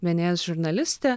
bns žurnalistė